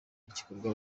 igikorwa